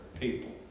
people